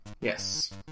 Yes